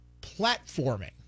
platforming